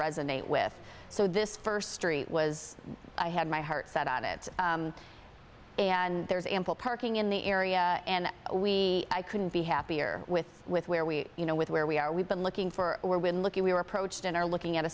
resonate with so this first story was i had my heart set on it and there's ample parking in the area and we couldn't be happier with with where we you know with where we are we've been looking for where we're looking we were approached and are looking at a